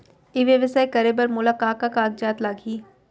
ई व्यवसाय करे बर मोला का का कागजात लागही?